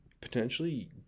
potentially